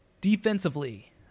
Defensively